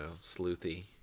sleuthy